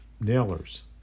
nailers